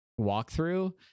walkthrough